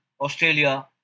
Australia